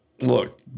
Look